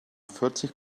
vierzig